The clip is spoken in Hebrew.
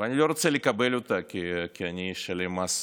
ואני לא רוצה לקבל אותה כי אני אשלם מס